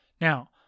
Now